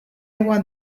want